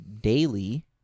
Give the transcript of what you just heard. daily